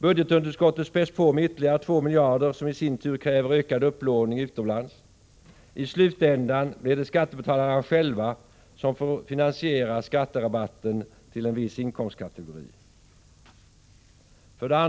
Budgetunderskottet späs på med ytterligare 2 miljarder, som i sin tur kräver ökad upplåning utomlands. I slutändan blir det skattebetalarna själva som får finansiera skatterabatten till en viss inkomstkategori. 2.